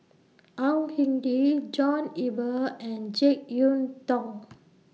Au Hing Yee John Eber and Jek Yeun Thong